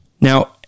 Now